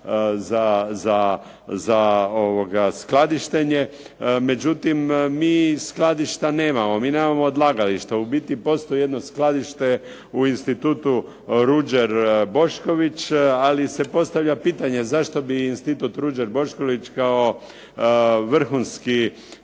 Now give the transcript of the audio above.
za skladištenje, međutim mi skladišta nemamo. Mi nemamo odlagališta. U biti postoji jedno skladište u Institutu "Ruđer Bošković", ali se postavlja pitanje zašto bi Institut "Ruđer Bošković" kao vrhunski